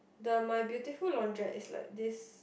the My-Beautiful-Laundrette is like this